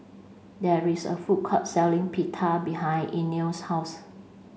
there is a food court selling Pita behind Inell's house